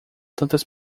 tantas